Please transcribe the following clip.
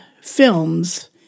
films